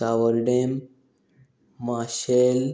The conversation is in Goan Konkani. सावरडें माशेल